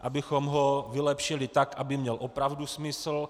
Abychom ho vylepšili tak, aby měl opravdu smysl.